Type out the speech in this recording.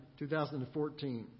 2014